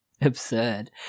Absurd